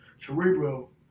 Cerebral